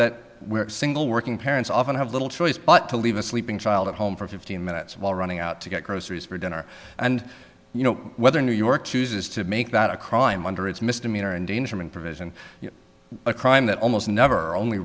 that single working parents often have little choice but to leave a sleeping child at home for fifteen minutes while running out to get groceries for dinner and you know whether new york chooses to make that a crime under its misdemeanor endangerment provision a crime that almost never only